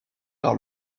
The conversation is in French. par